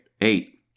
Eight